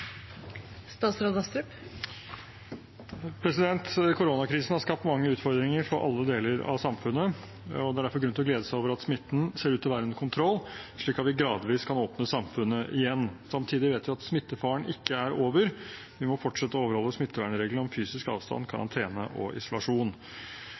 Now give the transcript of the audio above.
Koronakrisen har skapt mange utfordringer i alle deler av samfunnet. Det er derfor grunn til å glede seg over at smitten ser ut til å være under kontroll, slik at vi gradvis kan åpne samfunnet igjen. Samtidig vet vi at smittefaren ikke er over. Vi må fortsette å overholde smittevernreglene om fysisk avstand,